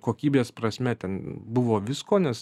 kokybės prasme ten buvo visko nes